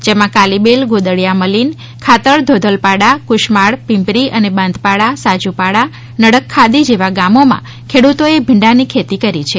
જેમાં કાલીબેલ ગોદળિયા મલિન ખાતળ ધોંધલપાડા કુશમાળ પીમ્પરી અને બાંધપાળા સાજુપાળા નડગ ખાદી જેવા ગામો મા ખેડૂતો એ ભીંડા ની ખેતી કરી છે